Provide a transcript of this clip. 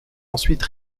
ensuite